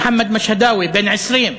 מוחמד משהדווי, בן 20,